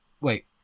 wait